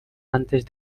antes